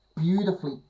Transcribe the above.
beautifully